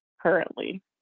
currently